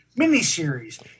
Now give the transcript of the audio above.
miniseries